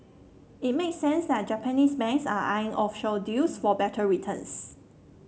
it makes sense that Japanese banks are eyeing offshore deals for better returns